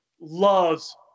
loves